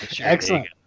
Excellent